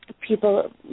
people